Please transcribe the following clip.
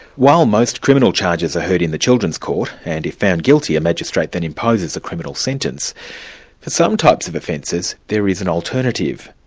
while most criminal charges are heard in the children's court, and if found guilty, a magistrate then imposes a criminal sentence, for some types of offences there is an alternative.